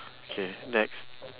K next